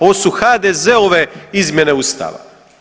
Ovo su HDZ-ove izmjene Ustava.